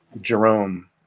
Jerome